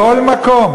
בכל מקום.